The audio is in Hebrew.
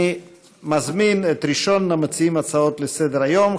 אני מזמין את ראשון המציעים הצעות לסדר-היום,